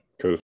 Cool